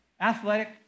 athletic